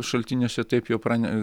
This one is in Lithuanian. šaltiniuose taip jau prane